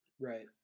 Right